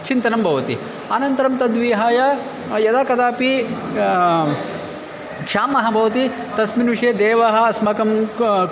चिन्तनं भवति अनन्तरं तद्विहाय यदा कदापि क्षामः भवति तस्मिन् विषये देवः अस्माकं क